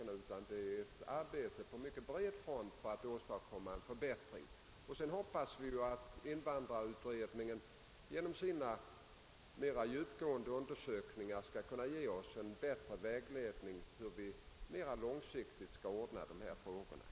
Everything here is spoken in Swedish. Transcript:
Det utförs tvärtom ett arbete på mycket bred front för att åstadkomma en förbättring, och vi hoppas ju att invandrarutredningen genom sina mera djupgående undersökningar skall kunna ge oss en bättre vägledning för hur vi mera långsiktigt skall lösa frågorna.